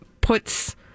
puts